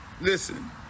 Listen